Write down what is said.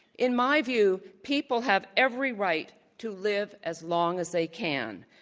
in my view, people have every right to live as long as they can.